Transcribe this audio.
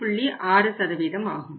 6 ஆகும்